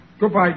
goodbye